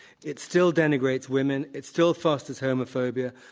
it still denigrates women. it still fosters homophobia.